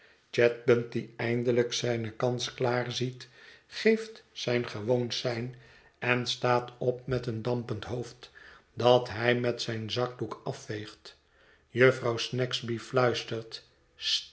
chadband die eindelijk zijne kans klaar ziet geeft zijn gewoon sein en staat pp met een dampend hoofd dat hij met zijn zakdoek afveegt jufvrouw snagsby fluistert